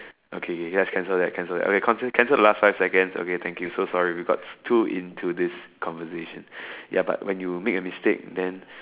okay okay guys cancel that cancel that I mean okay cancel cancel the last five seconds okay thank you so sorry we got two into this conversation ya but when you make a mistake then